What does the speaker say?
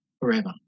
forever